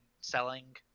selling